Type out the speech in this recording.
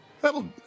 that'll